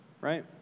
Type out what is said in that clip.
right